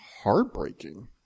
heartbreaking